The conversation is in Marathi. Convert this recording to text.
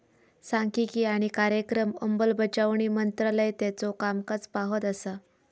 सांख्यिकी आणि कार्यक्रम अंमलबजावणी मंत्रालय त्याचो कामकाज पाहत असा